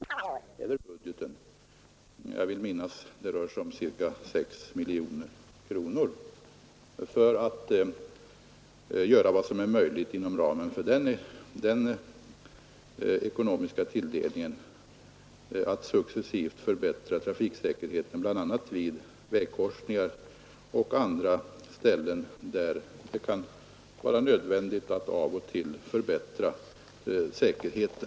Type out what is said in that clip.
Herr talman! Jag utgår som självklart ifrån att statens järnvägar ständigt och jämt är intresserade av att både upptäcka och råda bot på trafikfällor av den art som herr Strömberg och jag diskuterar nu. Jag vill inte kommentera den andra frågan om möjligheterna att vidta speciellt snabba åtgärder i den arbetskraftssituation vi har nu. Jag vill ändock tillägga att det finns en samarbetsgrupp mellan trafiksäkerhetsverket, vägverket och statens järnvägar. Den är inte ny, den har funnits en tid, och den får varje år över budgeten ett anslag — jag vill minnas det rör sig om ca 6 miljoner kronor — för att göra vad som är möjligt inom den ekonomiska tilldelningen för att successivt förbättra trafiksäkerheten bl.a. i vägkorsningar och på andra ställen där det kan vara nödvändigt att av och till förbättra säkerheten.